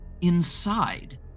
inside